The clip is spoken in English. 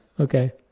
okay